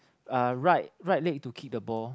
uh right right leg to kick the ball